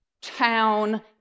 town